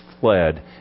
fled